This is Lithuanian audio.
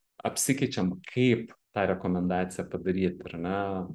apsikeičiam kaip tą rekomendaciją padaryt ar ne